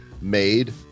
made